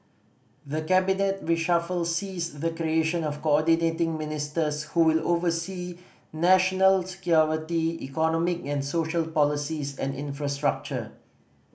the cabinet reshuffle sees the creation of Coordinating Ministers who will oversee national security economic and social policies and infrastructure